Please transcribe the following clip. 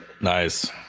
nice